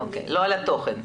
לא על התוכן.